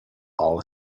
all